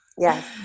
Yes